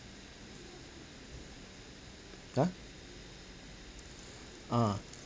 !huh! ah